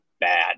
bad